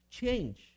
change